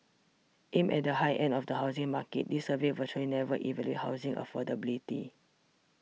aimed at the high end of the housing market these surveys virtually never evaluate housing affordability